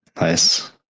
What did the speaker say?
nice